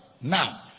Now